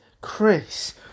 Chris